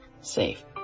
safe